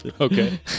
Okay